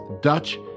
Dutch